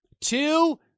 two